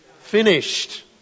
finished